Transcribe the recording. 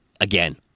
Again